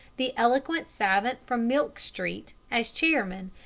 the eloquent savant from milk street, as chairman,